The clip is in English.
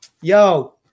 yo